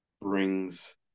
brings